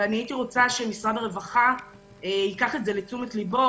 ואני הייתי רוצה שמשרד הרווחה ייקח את זה לתשומת לבו.